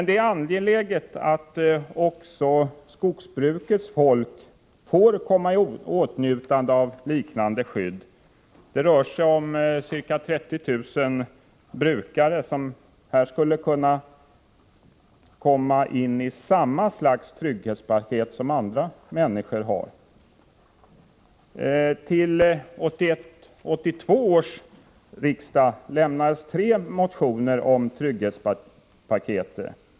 Det är angeläget att också skogsbrukets folk får komma i åtnjutande av ett liknande skydd. Det rör sig om ca 30 000 skogsbrukare som skulle behöva få detta försäkringsskydd. Till 1981/82 års riksmöte väcktes tre motioner om sådana trygghetspaket.